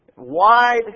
wide